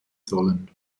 sollen